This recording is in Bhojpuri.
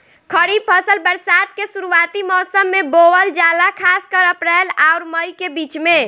खरीफ फसल बरसात के शुरूआती मौसम में बोवल जाला खासकर अप्रैल आउर मई के बीच में